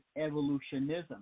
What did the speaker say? evolutionism